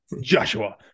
Joshua